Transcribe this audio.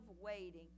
waiting